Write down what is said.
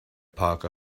part